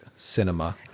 Cinema